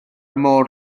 môr